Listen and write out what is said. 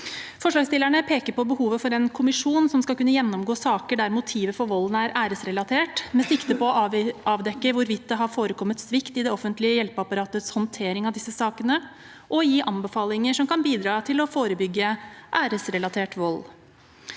Forslagsstillerne peker på behovet for en kommisjon som skal kunne gjennomgå saker der motivet for volden er æresrelatert, med sikte på å avdekke hvorvidt det har forekommet svikt i det offentlige hjelpeapparatets håndtering av disse sakene, og gi anbefalinger som kan bidra til å forebygge æresrelatert vold.